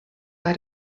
bei